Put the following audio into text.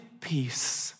peace